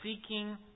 seeking